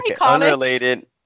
unrelated